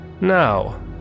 Now